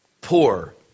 Poor